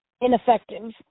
ineffective